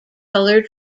color